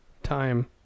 Time